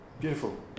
Beautiful